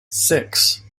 six